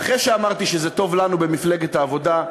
אחרי שאמרתי שזה טוב לנו במפלגת העבודה,